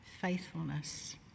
faithfulness